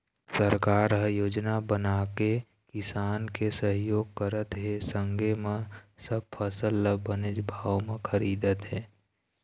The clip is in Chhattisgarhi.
सरकार ह योजना बनाके किसान के सहयोग करत हे संगे म सब फसल ल बनेच भाव म खरीदत हे